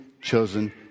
chosen